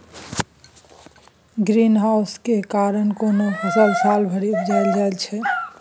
green house केर कारणेँ कोनो फसल सालो भरि उपजाएल जाइ छै